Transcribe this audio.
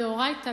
דאורייתא,